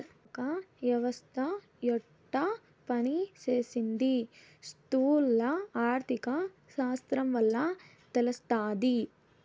ఒక యవస్త యెట్ట పని సేసీది స్థూల ఆర్థిక శాస్త్రం వల్ల తెలస్తాది